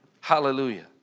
Hallelujah